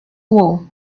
war